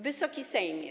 Wysoki Sejmie!